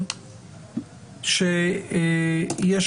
אולי באשמתנו,